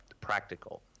practical